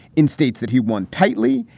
in states that he won tightly,